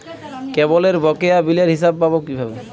কেবলের বকেয়া বিলের হিসাব পাব কিভাবে?